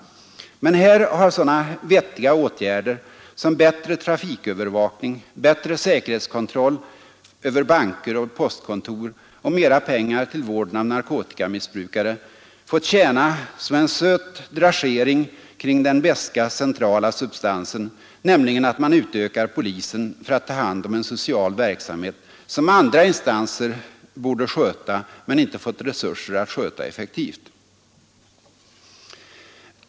Men här har sådana vettiga åtgärder som bättre trafikövervakning, bättre säkerhetskontroll över banker och postkontor och mera pengar till vården av narkotikamissbrukare fått tjäna som en söt dragering kring den beska centrala substansen, nämligen att man utökar polisen för att ta hand om en social verksamhet som andra instanser borde sköta men inte fått resurser att sköta effektivt.